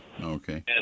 Okay